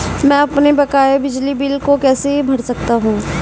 मैं अपने बकाया बिजली बिल को कैसे भर सकता हूँ?